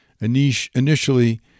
Initially